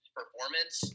performance